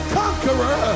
conqueror